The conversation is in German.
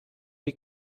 die